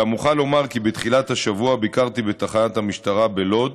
אולם אוכל לומר כי בתחילת השבוע ביקרתי בתחנת המשטרה בלוד,